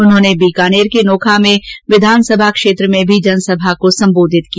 उन्होंने बीकानेर के नोखा विधानसभा क्षेत्र में भी जनसभा को संबोधित किया